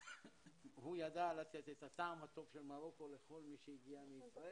הוא ידע לתת את הטעם הטוב של מרוקו לכל מי שהגיע מישראל.